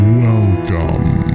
welcome